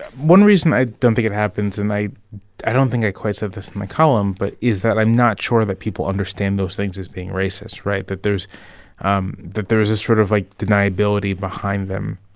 one reason i don't think it happens and i i don't think i quite said this in my column but is that i'm not sure that people understand those things as being racist right? that there's um that there's a sort of, like, deniability behind them.